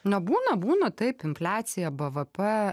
na būna būna taip infliacija bvp